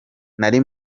nari